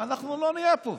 אנחנו לא נהיה פה.